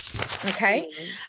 okay